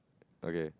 okay